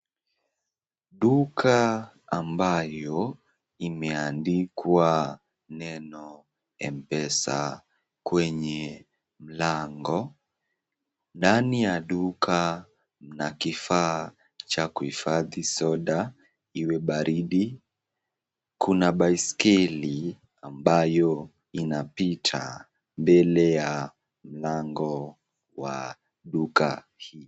Duka amabyo imeandikwa neno Mpesa kwenye mlango, ndani ya duka kuna kifaa cha kuhifadhi soda iwe baridi kuna baiskeli ambayo inapita mbele ya mlango wa duka hii.